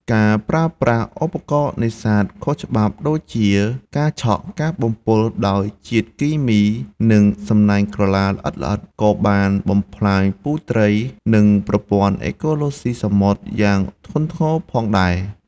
ការប្រើប្រាស់ឧបករណ៍នេសាទខុសច្បាប់ដូចជា ការឆក់ ការបំពុលដោយជាតិគីមី និងសំណាញ់ក្រឡាល្អិតៗ ក៏បានបំផ្លាញពូជត្រី និងប្រព័ន្ធអេកូឡូស៊ីសមុទ្រយ៉ាងធ្ងន់ធ្ងរផងដែរ។